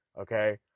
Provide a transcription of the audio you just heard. Okay